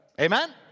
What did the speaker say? Amen